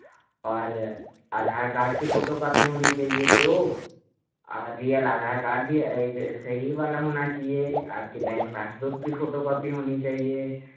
और आधार कार्ड की फ़ोटोकॉपी होनी चहिए दो और रियल आधार कार्ड भी एक सही वाला होना चाहिए आपके बैंक पासबुक की फ़ोटोकॉपी होनी चाहिए